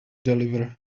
deliver